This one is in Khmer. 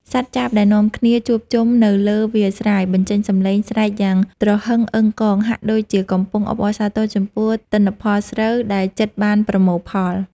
សត្វចាបដែលនាំគ្នាជួបជុំនៅលើវាលស្រែ បញ្ចេញសំឡេងស្រែកយ៉ាងត្រហឹងអឹងកង ហាក់ដូចជាកំពុងអបអរសាទរចំពោះទិន្នផលស្រូវដែលជិតបានប្រមូលផល។